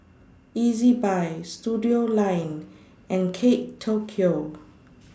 Ezbuy Studioline and Kate Tokyo